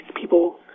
people